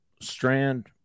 Strand